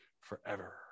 forever